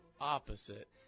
opposite